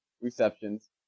receptions